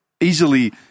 easily